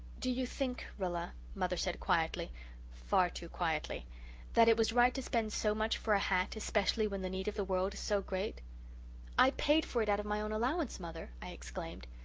do you think, rilla mother said quietly far too quietly that it was right to spend so much for a hat, especially when the need of the world is so great i paid for it out of my own allowance, mother i exclaimed.